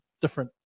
different